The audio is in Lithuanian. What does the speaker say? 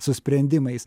su sprendimais